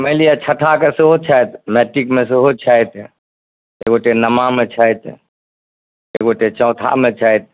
मानि लिअ छठाके सेहो छथि मैट्रिकमे सेहो छथि एकगोटे नमामे छथि एकगोटे चौथामे छथि